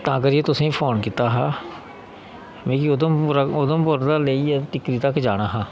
तां करियै तुसें गी फोन कीता हा मिगी उधमपुरा लेइयै टिक्करी तक जाना हा